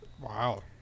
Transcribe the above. Wow